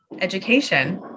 education